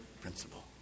principle